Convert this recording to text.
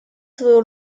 свою